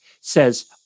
says